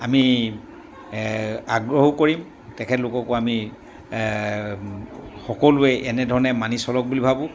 আমি আগ্ৰহো কৰিম তেখেতলোককো আমি সকলোৱে এনেধৰণে মানি চলক বুলি ভাবোঁ